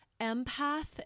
empath